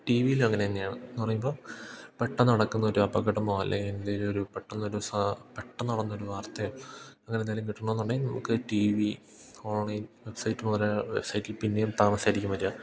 T വിയിലും അങ്ങനെ തന്നെയാണ് എന്നു പറയുമ്പോൾ പെട്ടെന്നു നടക്കുന്നൊരു അപകടമോ അല്ലെ എന്തെങ്കിലൊരു പെട്ടെന്നൊരു സാ പെട്ടെന്നു നടന്നൊരു വാർത്തയോ അങ്ങനെന്തെങ്കിലും കിട്ടണമെന്നുണ്ടെങ്കിൽ നമുക്ക് ടി വി ഓൺലൈൻ വെബ്സൈറ്റ് പോലെ വെബ്സൈറ്റിൽ പിന്നെയും താമസിച്ചായിരിക്കും വരിക